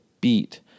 beat